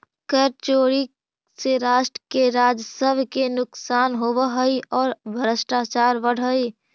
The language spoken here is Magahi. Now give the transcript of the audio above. कर चोरी से राष्ट्र के राजस्व के नुकसान होवऽ हई औ भ्रष्टाचार बढ़ऽ हई